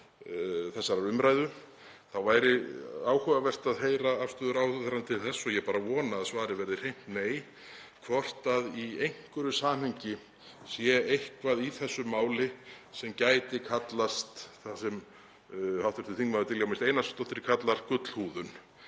þessarar umræðu þá væri áhugavert að heyra afstöðu ráðherrans til þess, og ég vona bara að svarið verði hreint nei, hvort í einhverju samhengi sé eitthvað í þessu máli sem gæti kallast það sem hv. þm. Diljá Mist Einarsdóttir kallar gullhúðun.